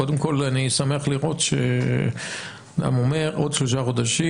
קודם כל אני שמח לראות שאדם אומר עוד שלושה חודשים,